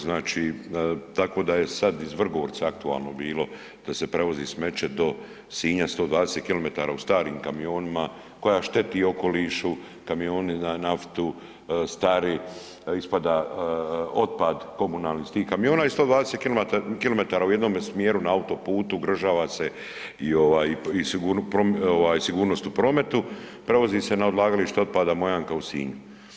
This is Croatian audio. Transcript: Znači, tako da je sad iz Vrgorca aktualno bilo da se prevozi smeće do Sinja 120 km u starim kamionima, koja šteti okolišu, kamioni na naftu, stari, ispada otpad komunalni iz tih kamiona i 120 km u jednome smjeru na auto putu ugrožava se i ovaj i ovaj sigurnost u prometu, prevozi se na odlagalište otpada Mojanka u Sinju.